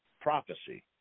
Prophecy